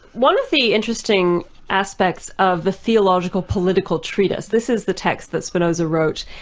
one of the interesting aspects of the theological political treatise this is the text that spinoza wrote,